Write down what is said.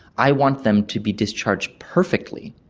i want them to be discharged perfectly,